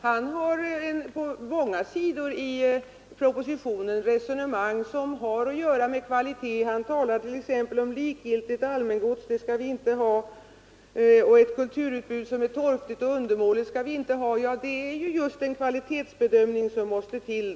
Han för på många sidor i propositionen resonemang som har att göra med kvalitet. Han talar t.ex. om att vi inte skall ha likgiltigt allmängods eller ett kulturutbud som är torftigt och undermåligt. Det är alltså just en kvalitetsbedömning som måste till.